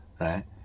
Right